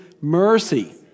mercy